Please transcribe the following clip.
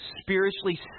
spiritually